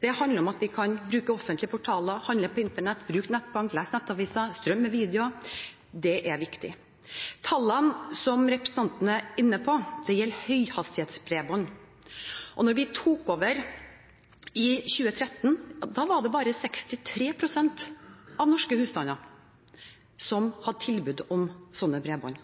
Det handler om at vi kan bruke offentlige portaler, handle på internett, bruke nettbank, lese nettaviser og strømme videoer – det er viktig. Tallene som representanten er inne på, gjelder høyhastighetsbredbånd. Da vi tok over i 2013, var det bare 63 pst. av norske husstander som hadde tilbud om slikt bredbånd.